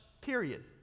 Period